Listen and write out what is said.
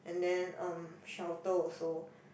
and then um shelter also